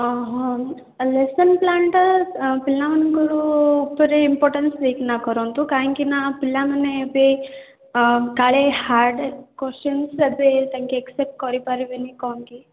ଓ ହଁ ଆଉ ଲେସନ୍ସ୍ ପ୍ଳାନ୍ଟା ପିଲାମାନଙ୍କର ଉପରେ ଇମ୍ପୋଟାନ୍ସ୍ ଦେଇକି ନା କରନ୍ତୁ କାଇଁକି ନା ପିଲାମାନେ ଏବେ କାଳେ ହାର୍ଡ଼୍ କୋଶ୍ଚିନ୍ ଦେବେ ତାଙ୍କେ ଏକ୍ସପେକ୍ଟ କରିପାରିବେନି କ'ଣ କି